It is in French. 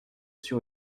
sur